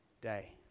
day